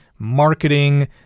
marketing